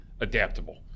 adaptable